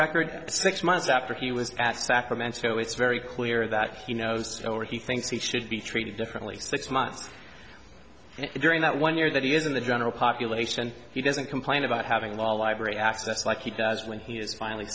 record six months after he was at sacramento it's very clear that he knows it's over he thinks he should be treated differently six months during that one year that he is in the general population he doesn't complain about having law library access like he does when he is finally